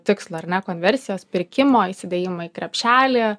tikslo ar ne konversijos pirkimo įsidįjimą į krepšelį